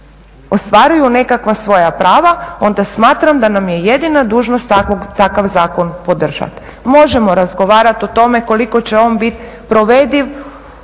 ostvaruju nekakva svoja prava, onda smatram da nam je jedina dužnost takav zakon podržati. Možemo razgovarati o tome koliko će on biti provediv